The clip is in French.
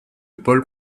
paul